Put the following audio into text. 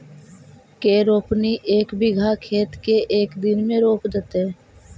के रोपनी एक बिघा खेत के एक दिन में रोप देतै?